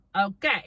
okay